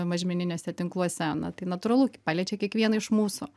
mažmeniniuose tinkluose na tai natūralu paliečia kiekvieną iš mūsų